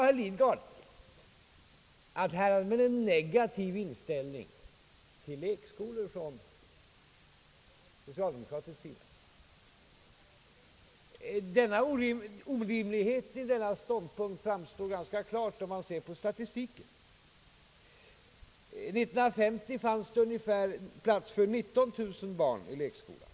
Herr Lidgard sade att socialdemokraterna hade en negativ inställning till lekskolorna. Det orimliga i denna ståndpunkt framstår ganska klart om man ser på statistiken. 1950 fanns det plats för ungefär 19 000 barn i lekskolorna.